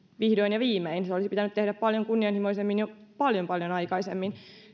vihdoin ja viimein se olisi pitänyt tehdä paljon kunnianhimoisemmin jo paljon paljon aikaisemmin